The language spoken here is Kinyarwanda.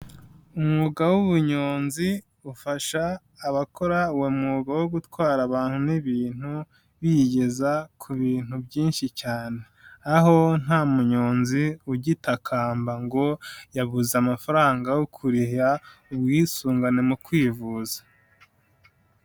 Umwuga w'ubunyonzi ufasha abakora uwo mwuga wo gutwara abantu n'ibintu bigeza ku bintu byinshi cyane, aho nta munyonzi ugitakamba ngo yabuze amafaranga yo kuriha ubwisungane mu kwivuza.